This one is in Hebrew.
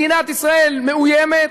מדינת ישראל מאוימת,